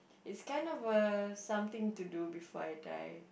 it's kind of a something to do before I die